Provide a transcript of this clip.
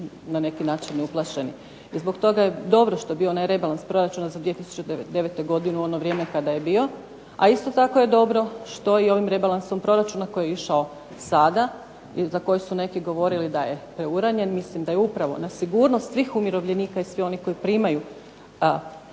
na neki način uplašeni. I zbog toga je dobro što je bio onaj rebalans proračuna za 2009. godinu u ono vrijeme kada je bio, a isto tako je dobro što i ovim rebalansom proračuna koji je išao sada za koji su neki govorili da je preuranjen. Mislim da je upravo na sigurnost svih umirovljenika i svih onih koji primaju